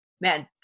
man